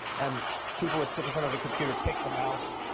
and people would sit in front of a computer, take the mouse,